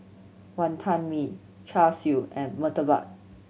Wonton Mee Char Siu and murtabak